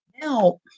Now